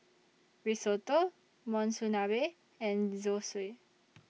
Risotto Monsunabe and Zosui